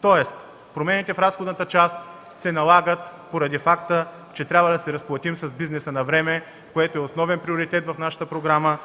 Тоест промените в разходната част се налагат поради факта, че трябва да се разплатим с бизнеса навреме, което е основен приоритет в нашата програма,